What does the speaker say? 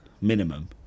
minimum